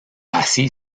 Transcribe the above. así